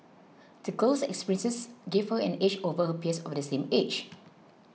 the girl's experiences gave her an edge over her peers of the same age